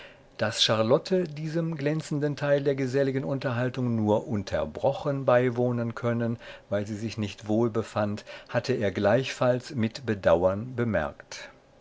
daß charlotte diesem glänzenden teil der geselligen unterhaltung nur unterbrochen beiwohnen können weil sie sich nicht wohl befand hatte er gleichfalls mit bedauern bemerkt